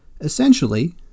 essentially